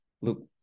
look